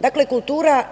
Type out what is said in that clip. rekla. Kultura